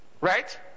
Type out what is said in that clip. Right